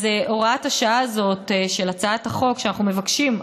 אז הוראת השעה הזאת בהצעת החוק שאנחנו מבקשים,